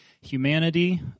humanity